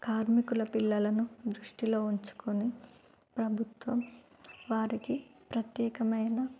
కార్మికుల పిల్లలను దృష్టిలో ఉంచుకొని ప్రభుత్వం వారికి ప్రత్యేకమైన